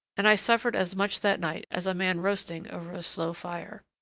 and i suffered as much that night as a man roasting over a slow fire.